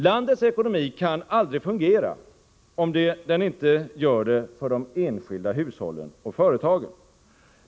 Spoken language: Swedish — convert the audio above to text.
Landets ekonomi kan aldrig fungera om den inte gör det för de enskilda hushållen och företagen.